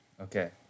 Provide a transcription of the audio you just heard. Okay